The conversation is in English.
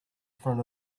front